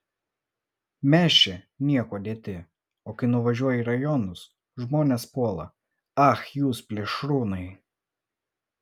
mes čia niekuo dėti o kai nuvažiuoji į rajonus žmonės puola ach jūs plėšrūnai